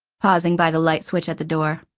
pausing by the light switch at the door.